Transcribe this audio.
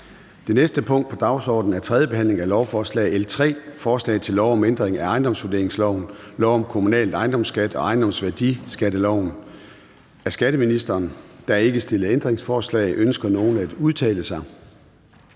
Det næste punkt på dagsordenen er: 3) 3. behandling af lovforslag nr. L 3: Forslag til lov om ændring af ejendomsvurderingsloven, lov om kommunal ejendomsskat og ejendomsværdiskatteloven. (Forlængelse af virkningen af ejendomsvurderingen for 2020